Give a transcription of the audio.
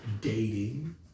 dating